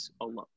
alone